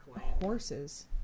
horses